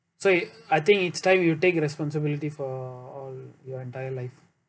so I think it's time you take responsibility for all your entire life